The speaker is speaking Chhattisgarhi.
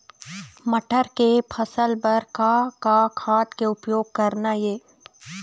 मटर के फसल बर का का खाद के उपयोग करना ये?